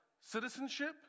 citizenship